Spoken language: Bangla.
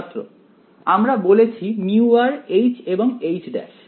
ছাত্র আমরা বলেছি μ H এবং H ড্যাশ